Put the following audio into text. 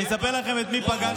אני אספר לכם את מי פגשתי שם.